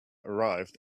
arrived